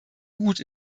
gut